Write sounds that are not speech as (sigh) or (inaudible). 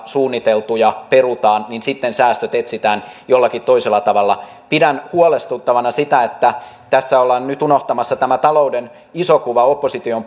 suunniteltuja menoleikkauksia perutaan niin sitten säästöt etsitään jollakin toisella tavalla pidän huolestuttavana sitä että tässä ollaan nyt unohtamassa tämä talouden iso kuva opposition (unintelligible)